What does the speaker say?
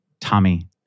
Tommy